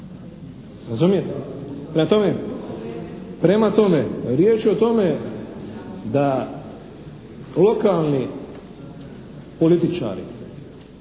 razumijete? Prema tome, riječ je o tome da lokalni političari